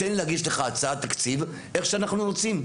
תן להגיש לך הצעת תקציב איך שאנחנו רוצים.